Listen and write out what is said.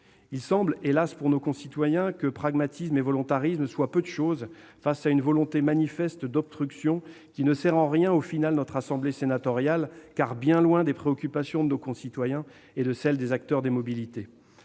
Il semble- hélas pour nos concitoyens ! -que le pragmatisme et le volontarisme soient peu de choses face à une volonté manifeste d'obstruction, qui ne sert en rien, au bout du compte, notre assemblée sénatoriale, car elle est très éloignée des préoccupations de nos concitoyens et de celles des acteurs des mobilités.